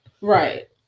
Right